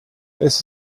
this